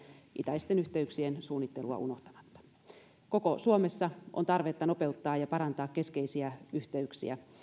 itäisten yhteyksien suunnittelua unohtamatta koko suomessa on tarvetta nopeuttaa ja parantaa keskeisiä yhteyksiä